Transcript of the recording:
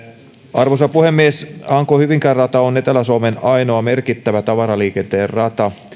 arvoisa puhemies hanko hyvinkää rata on etelä suomen ainoa merkittävä tavaraliikenteen rata